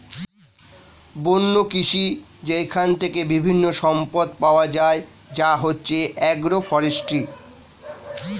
বন্য কৃষি যেইখান থেকে বিভিন্ন সম্পদ পাওয়া যায় যা হচ্ছে এগ্রো ফরেষ্ট্রী